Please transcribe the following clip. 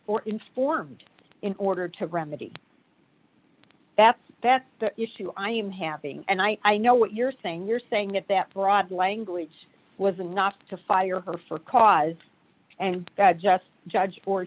an informed in order to remedy that that's the issue i am having and i i know what you're saying you're saying that that broad language was not to fire her for cause and just judge for